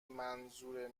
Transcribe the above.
منظور